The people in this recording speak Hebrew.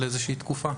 לאיזו שהיא תקופה,